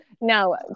no